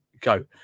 go